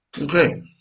okay